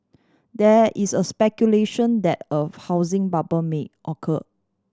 there is a speculation that a housing bubble may occur